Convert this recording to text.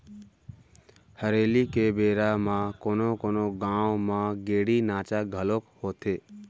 हरेली के बेरा म कोनो कोनो गाँव म गेड़ी नाचा घलोक होथे